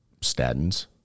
Statins